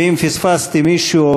ואם פספסתי מישהו,